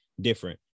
different